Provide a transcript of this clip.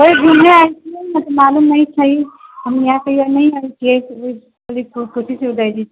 ओएहे घूमय आयल छियै मालूम नहि छै हम यहाँ कहियौ नहि आयल छियै